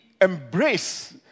embrace